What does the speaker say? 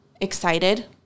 excited